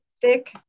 thick